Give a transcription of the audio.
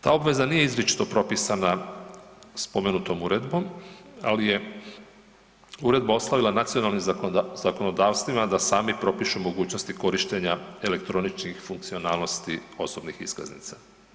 Ta obveza nije izričito propisana spomenutom Uredbom, ali je uredba ostavila nacionalnim zakonodavstvima da sami propišu mogućnosti korištenja elektroničkih funkcionalnosti osobnih iskaznica.